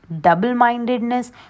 double-mindedness